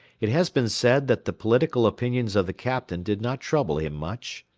it has been said that the political opinions of the captain did not trouble him much.